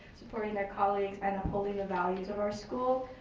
supporting their colleagues, and upholding the values of our school,